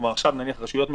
נניח רשויות מקומיות,